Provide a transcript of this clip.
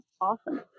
awesome